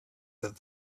that